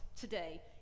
today